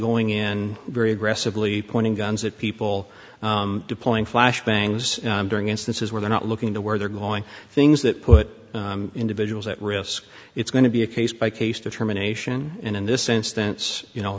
going in very aggressively pointing guns at people deploying flash bangs during instances where they're not looking to where they're going things that put individuals at risk it's going to be a case by case determination and in this instance you know